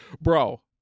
bro